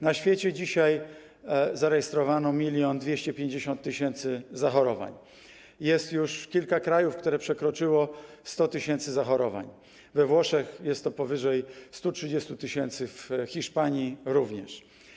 Na świecie dzisiaj zarejestrowano 1250 tys. zachorowań, jest już kilka krajów, w których przekroczona jest liczba 100 tys. zachorowań, we Włoszech jest to powyżej 130 tys., w Hiszpanii również.